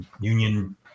union